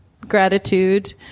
gratitude